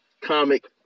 comic